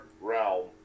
realm